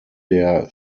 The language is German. der